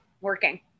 working